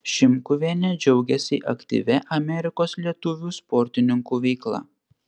šimkuvienė džiaugiasi aktyvia amerikos lietuvių sportininkų veikla